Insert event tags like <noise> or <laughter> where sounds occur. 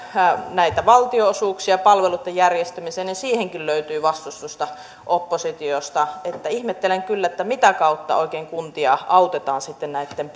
näitä valtionosuuksia palveluiden järjestämiseen siihenkin löytyy vastustusta oppositiosta ihmettelen kyllä mitä kautta oikein kuntia autetaan sitten näitten <unintelligible>